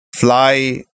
fly